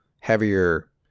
heavier